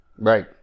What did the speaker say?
Right